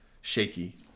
shaky